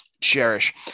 cherish